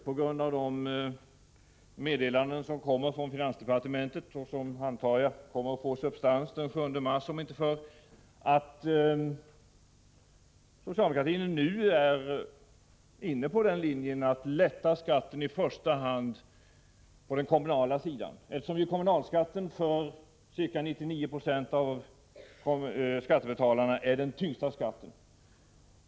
På grundval av meddelanden som kommer från finansdepartementet och som jag antar kommer att få substans den 7 mars om inte förr förefaller socialdemokratin nu vara inne på linjen att lätta skatten i första hand på den kommunala sidan, eftersom kommunalskatten för ca 99 Jo av skattebetalarna är den tyngsta skatten.